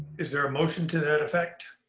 is there a motion to that effect?